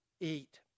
eat